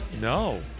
No